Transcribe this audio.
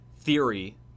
theory